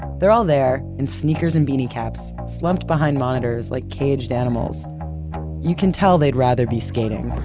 they're all there, in sneakers and beanie caps, slumped behind monitors like caged animals you can tell they'd rather be skating.